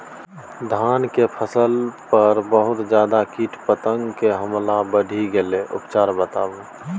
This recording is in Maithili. धान के फसल पर बहुत ज्यादा कीट पतंग के हमला बईढ़ गेलईय उपचार बताउ?